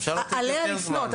אפשר לתת יותר זמן.